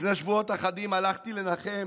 לפני שבועות אחדים הלכתי לנחם